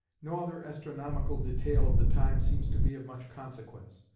no other astronomical detail of the time seems to be of much consequence.